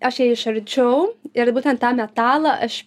aš ją išardžiau ir būtent tą metalą aš